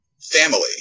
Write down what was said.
family